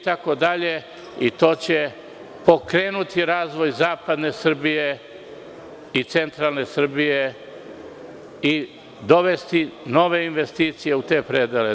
To će pokrenuti razvoj Zapadne Srbije i razvoj Centralne Srbije i dovesti nove investicije u te predele.